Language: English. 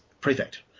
Prefect